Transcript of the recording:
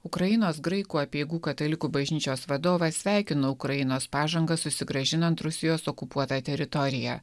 ukrainos graikų apeigų katalikų bažnyčios vadovas sveikina ukrainos pažangą susigrąžinant rusijos okupuotą teritoriją